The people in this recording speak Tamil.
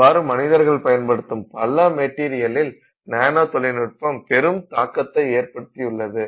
இவ்வாறு மனிதர்கள் பயன்படுத்தும் பல மெட்டீரியலில் நானோ தொழில்நுட்பம் பெரும் தாக்கத்தை ஏற்படுத்தியுள்ளது